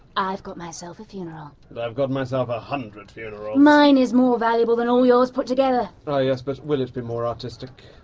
i've got myself a funeral. and i've got myself a hundred funerals. mine is more valuable than all yours put together! ah yes, but will it be more artistic?